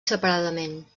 separadament